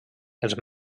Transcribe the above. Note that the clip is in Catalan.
els